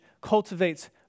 cultivates